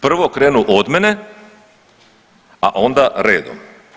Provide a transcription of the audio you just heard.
Prvo krenu od mene, a onda redom.